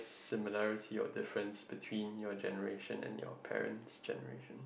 similarity or difference between your generation and your parent's generation